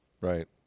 Right